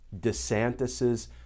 Desantis's